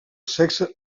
sexe